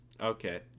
okay